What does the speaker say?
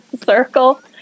circle